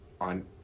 on